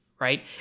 right